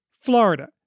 Florida